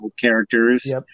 characters